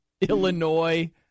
Illinois